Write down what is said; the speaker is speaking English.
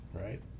right